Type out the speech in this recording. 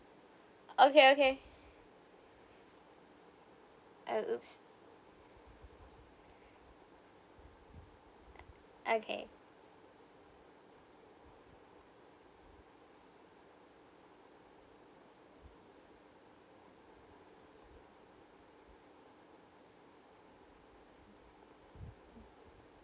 okay okay !oops! okay